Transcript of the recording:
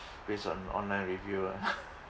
based on online review ah